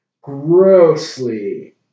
grossly